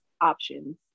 options